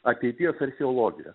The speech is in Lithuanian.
ateities archeologija